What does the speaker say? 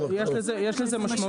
יש לזה משמעויות.